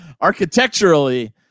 architecturally